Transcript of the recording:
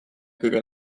kõige